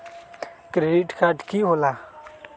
Credit card की होला?